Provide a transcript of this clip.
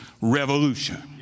revolution